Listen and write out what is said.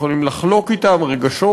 אנחנו יכולים לחלוק אתם רגשות,